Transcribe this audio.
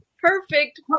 Perfect